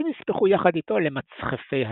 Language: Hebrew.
שנספחו יחד איתו למצחפי התנ"ך.